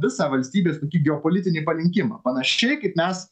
visą valstybės tokį geopolitinį palinkimą panašiai kaip mes